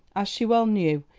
as she well knew,